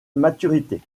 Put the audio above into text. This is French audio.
maturité